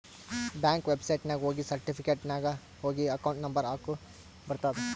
bank ವೆಬ್ಸೈಟ್ನಾಗ ಹೋಗಿ certificate ನಾಗ್ ಹೋಗಿ ಅಕೌಂಟ್ ನಂಬರ್ ಹಾಕುರ ಬರ್ತುದ್